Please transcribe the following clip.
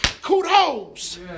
Kudos